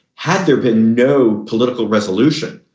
had there been no political resolution,